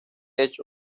hecho